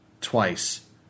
Twice